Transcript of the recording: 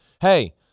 hey